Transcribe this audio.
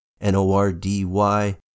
N-O-R-D-Y